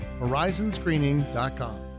Horizonscreening.com